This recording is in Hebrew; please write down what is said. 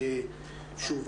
שוב,